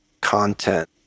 content